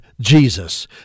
Jesus